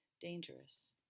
dangerous